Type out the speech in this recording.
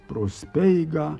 pro speigą